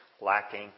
lacking